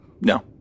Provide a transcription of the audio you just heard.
No